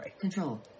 control